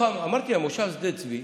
אמרתי, המושב הוא שדה צבי.